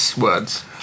words